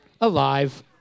Alive